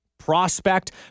prospect